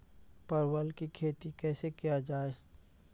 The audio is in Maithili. परवल की खेती कैसे किया जाय?